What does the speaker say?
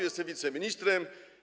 Jestem wiceministrem.